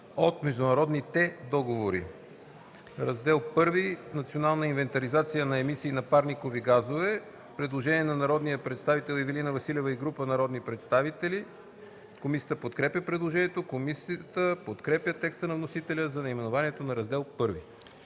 от международните договори”. „Раздел І – Национална инвентаризация на емисии на парникови газове”. Има предложение на народния представител Ивелина Василева и група народни представители. Комисията подкрепя предложението. Комисията подкрепя текста на вносителя за наименованието на Раздел І.